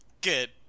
Good